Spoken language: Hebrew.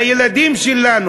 הילדים שלנו,